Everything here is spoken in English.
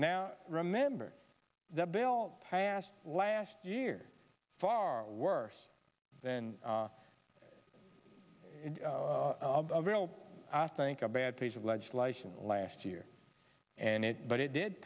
now remember the bill passed last year far worse than in a real i think a bad piece of legislation last year and it but it did